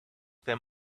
them